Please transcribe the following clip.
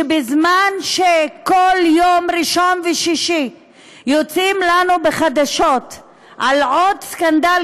שבזמן שכל יום ראשון ושישי יוצאים לנו בחדשות על עוד סקנדל